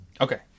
Okay